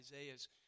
Isaiah's